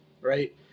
Right